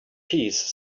piece